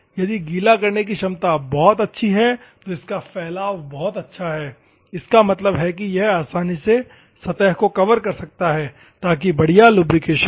यदि गीला करने की क्षमता बहुत अच्छी है तो इसका फैलाव बहुत अच्छा है इसका मतलब है कि यह आसानी से सतह को कवर कर सकता है ताकि बढ़िया लुब्रिकेशन हो